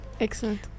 Excellent